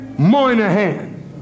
Moynihan